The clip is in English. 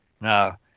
Now